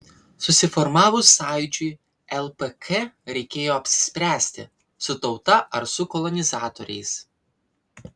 susiformavus sąjūdžiui lpk reikėjo apsispręsti su tauta ar su kolonizatoriais